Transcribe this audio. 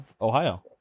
Ohio